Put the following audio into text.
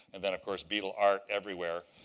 and then, of course, beetle art everywhere.